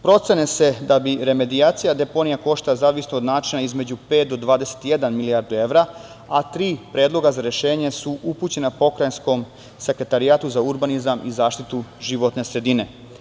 Procene su da bi remedijacija deponija koštala, zavisno od načina, između pet do 21 milijardu evra, a tri predloga za rešenje su upućena Pokrajinskom sekretarijatu za urbanizam i zaštitu životne sredine.